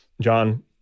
John